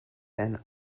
and